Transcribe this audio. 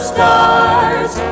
Stars